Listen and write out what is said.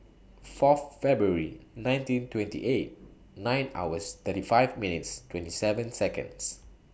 Fourth February nineteen twenty eight nine hours thirty five minutes twenty seven Seconds